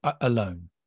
alone